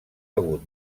hagut